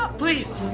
ah please!